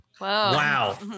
Wow